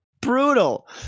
Brutal